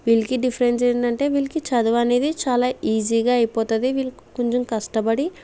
వీళ్ళకి డిఫరెన్స్ ఏంటంటే వీళ్ళకి చదవనేది చాలా ఈజీగా అయిపోతుంది వీళ్ళకి కొంచెం కష్టపడి